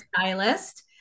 stylist